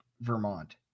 Vermont